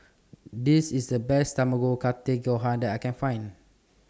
This IS The Best Tamago Kake Gohan that I Can Find